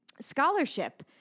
scholarship